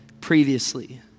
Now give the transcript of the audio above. previously